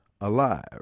alive